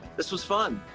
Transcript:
this was fun.